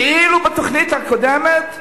כאילו בתוכנית הקודמת,